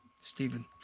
Stephen